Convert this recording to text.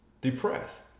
depressed